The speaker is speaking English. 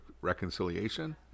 reconciliation